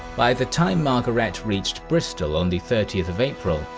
by the time margaret reached bristol on the thirtieth of april,